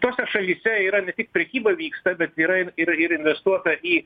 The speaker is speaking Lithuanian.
tose šalyse yra ne tik prekyba vyksta bet yra ir ir ir investuota į